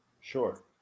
Sure